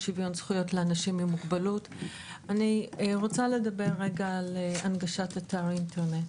אני רוצה לדבר רגע על הנגשת אתר אינטרנט.